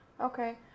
Okay